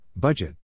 Budget